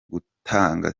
gutanga